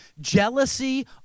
Jealousy